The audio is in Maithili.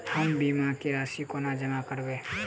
हम बीमा केँ राशि कोना जमा करबै?